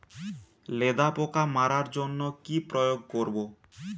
লেদা পোকা মারার জন্য কি প্রয়োগ করব?